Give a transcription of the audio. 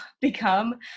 become